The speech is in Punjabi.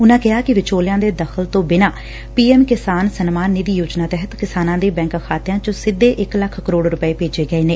ਉਨੂਂ ਕਿਹਾ ਕਿ ਵਿਚੋਲਿਆਂ ਦੇ ਦਖ਼ਲ ਤੋਂ ਬਿਨਾਂ ਪੀ ਐਮ ਕਿਸਾਨ ਸਨਮਾਨ ਨਿਧੀ ਯੋਜਨਾ ਤਹਿਤ ਕਿਸਾਨਾਂ ਦੇ ਬੈਂਕ ਖਾਤਿਆਂ ਚ ਸਿੱਧੇ ਇਕ ਲੱਖ ਕਰੋੜ ਰੁਪੈ ਭੇਜੇ ਗਏ ਨੇ